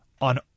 on